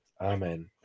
Amen